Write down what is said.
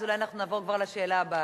אז אולי אנחנו נעבור כבר לשאלה הבאה.